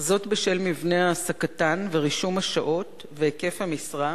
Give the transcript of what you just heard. וזאת בשל מבנה העסקתן ורישום השעות והיקף המשרה,